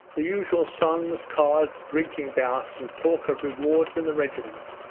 the usual songs, cards, drinking-bouts, and talk of rewards in the regiment,